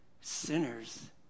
sinners